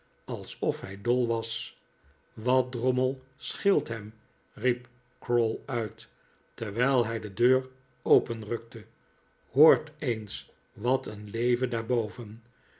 alsof hij dol was wat drommel scheelt hem riep crowl uit terwijl hij de deur openrukte hoort eens wat een leven daar